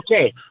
okay